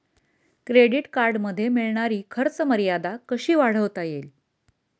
Credit कार्डमध्ये मिळणारी खर्च मर्यादा कशी वाढवता येईल?